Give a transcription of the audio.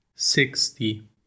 sixty